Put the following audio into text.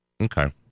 Okay